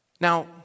Now